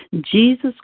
Jesus